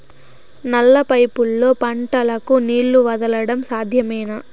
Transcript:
నల్ల పైపుల్లో పంటలకు నీళ్లు వదలడం సాధ్యమేనా?